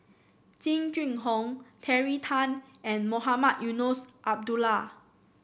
Jing Jun Hong Terry Tan and Mohamed Eunos Abdullah